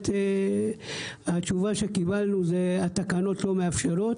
התשובה שקיבלנו: התקנות לא מאפשרות,